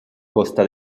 costa